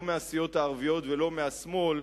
לא מהסיעות הערביות ולא מהשמאל,